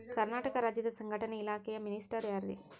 ಕರ್ನಾಟಕ ರಾಜ್ಯದ ಸಂಘಟನೆ ಇಲಾಖೆಯ ಮಿನಿಸ್ಟರ್ ಯಾರ್ರಿ?